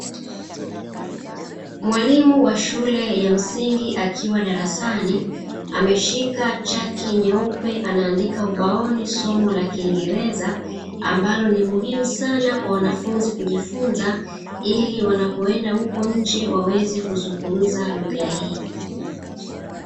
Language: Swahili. Mwalimu wa shule ya msingi akiwa darasani, ameshika chaki nyeupe anaandika ubaoni somo la kiingereza, ambalo ni muhimu sana kwa wanafunzi kujifunza ili wanapoenda huko nje waweze kuzungumza lugha hii.